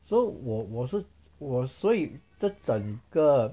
so 我我是我所以这整个